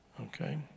Okay